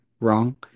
wrong